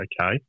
okay